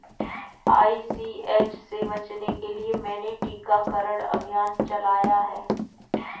ICH से बचने के लिए मैंने टीकाकरण अभियान चलाया है